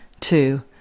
two